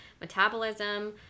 metabolism